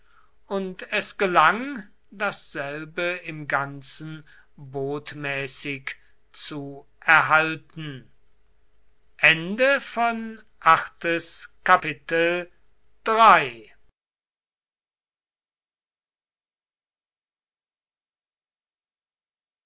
und es gelang dasselbe im ganzen botmäßig zu erhalten